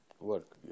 Work